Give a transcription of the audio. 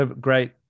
great